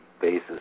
basis